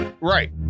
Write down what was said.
Right